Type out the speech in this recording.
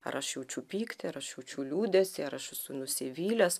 ar aš jaučiu pyktį ar aš jaučiu liūdesį ar aš esu nusivylęs